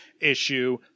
issue